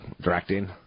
directing